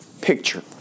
picture